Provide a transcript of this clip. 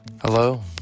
Hello